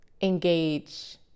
engage